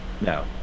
No